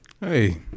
hey